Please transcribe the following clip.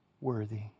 worthy